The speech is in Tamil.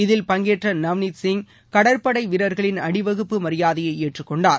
இதில் பங்கேற்ற நவ்னித் சிங் கடற்படை வீரர்களின் அணிவகுப்பு மரியாதையை ஏற்றுக்கொண்டார்